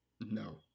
No